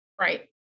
right